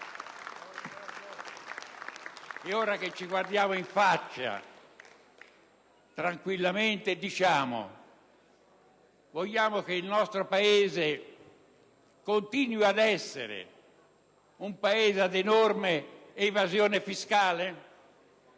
È ora che ci guardiamo in faccia tranquillamente e ci chiediamo: vogliamo che il nostro continui ad essere un Paese ad enorme evasione fiscale?